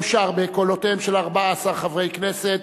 סעיף 13 אושר בקולותיהם של 14 חברי כנסת,